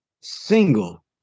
single